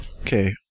Okay